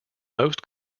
most